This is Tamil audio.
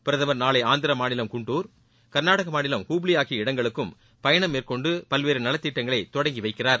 பிரதமர் நாளைஆந்திரமாநிலம் குண்டூர் கர்நாடகமாநிலம் ஹூப்ளிஆகிய இடங்களுக்கும் பயணம் மேற்கொண்டுபல்வேறுநலத்திட்டங்களைதொடங்கிவைக்கிறார்